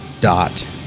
dot